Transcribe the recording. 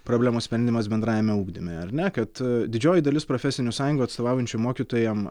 problemų sprendimas bendrajame ugdyme ar ne kad didžioji dalis profesinių sąjungų atstovaujančių mokytojam